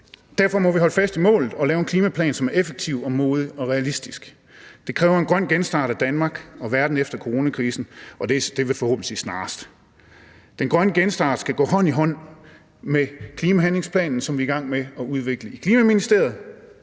Derfor må vi holde fast i målet og lave en klimaplan, der er effektiv og modig og urealistisk. Det kræver en grøn genstart af Danmark og verden efter coronakrisen, og det vil forhåbentlig sige snarest. Den grønne genstart skal gå hånd i hånd med klimahandlingsplanen, som vi er i gang med at udvikle i Klimaministeriet.